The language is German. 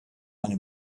eine